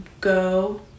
go